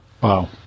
Wow